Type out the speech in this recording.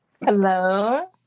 Hello